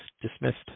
dismissed